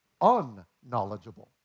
unknowledgeable